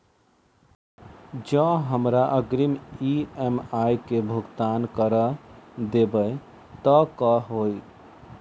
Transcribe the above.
जँ हमरा अग्रिम ई.एम.आई केँ भुगतान करऽ देब तऽ कऽ होइ?